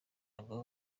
ngo